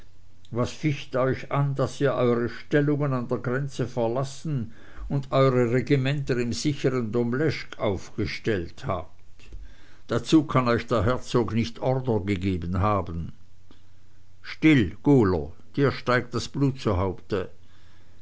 was ficht euch an daß ihr eure stellungen an der grenze verlassen und eure regimenter im sichern domleschg aufgestellt habt dazu kann euch der herzog nicht ordre gegeben haben still guler dir steigt das blut